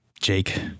Jake